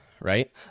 right